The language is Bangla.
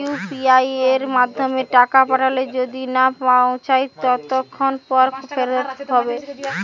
ইউ.পি.আই য়ের মাধ্যমে টাকা পাঠালে যদি না পৌছায় কতক্ষন পর ফেরত হবে?